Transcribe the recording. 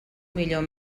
millor